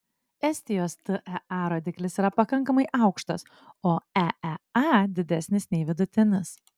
estijos tea rodiklis yra pakankamai aukštas o eea didesnis nei vidutinis